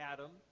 Adam